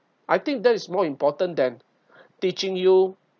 I think that is more important than teaching you